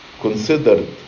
considered